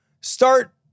start